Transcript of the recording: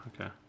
okay